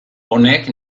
honek